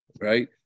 Right